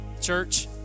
church